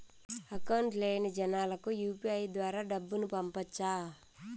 Account లేని జనాలకు UPI ద్వారా డబ్బును పంపొచ్చా?